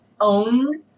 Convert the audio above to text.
own